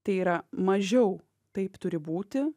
tai yra mažiau taip turi būti